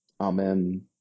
Amen